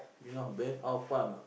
you know bad how far a not